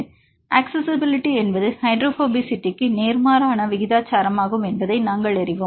எனவே அக்சஸிஸிபிலிட்டி என்பது ஹைட்ரோபோபசிட்டிக்கு நேர்மாறான விகிதாசாரமாகும் என்பதை நாங்கள் அறிவோம்